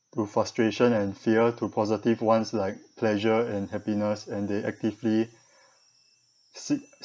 to frustration and fear to positive ones like pleasure and happiness and they actively seek